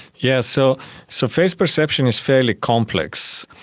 yeah so so face perception is fairly complex,